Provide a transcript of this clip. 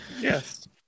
Yes